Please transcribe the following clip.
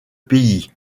pays